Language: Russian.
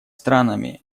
странами